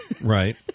right